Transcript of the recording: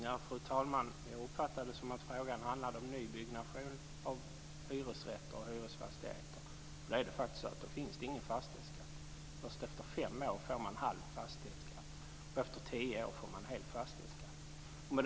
Fru talman! Jag uppfattade det så att frågan handlade om nybyggnation av hyresrätter och hyresfastigheter, och då finns det ingen fastighetsskatt. Först efter fem år får man halv fastighetsskatt, och efter tio år får man hel fastighetsskatt.